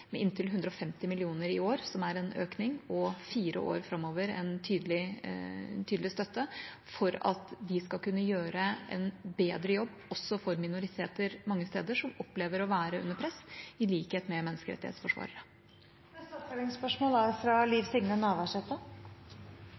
med inntil 150 mill. kr i år, som er en økning, og en tydelig støtte i fire år framover for at de skal kunne gjøre en bedre jobb for minoriteter, som mange steder opplever å være under press, i likhet med menneskerettighetsforsvarere. Liv Signe Navarsete – til oppfølgingsspørsmål. Det er